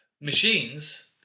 Machines